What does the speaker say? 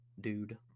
dude